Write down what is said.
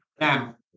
Now